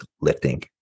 lifting